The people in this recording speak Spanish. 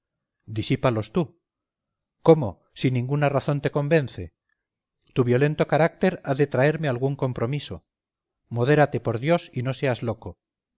disípalos tú cómo si ninguna razón te convence tu violento carácter ha de traerme algún compromiso modérate por dios y no seas loco